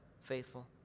faithful